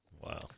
Wow